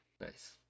nice